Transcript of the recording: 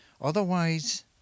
otherwise